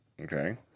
Okay